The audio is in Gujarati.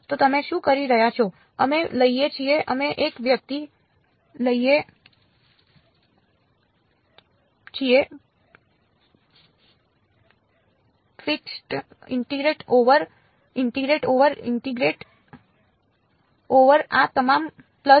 તો તમે શું કરી રહ્યા છો અમે લઈએ છીએ અમે 1 વ્યક્તિ લઈએ છીએ fixed integrate over integrate over integrate over આ તમામ પલ્સ